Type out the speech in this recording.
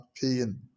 pain